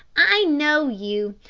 i know you.